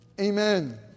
Amen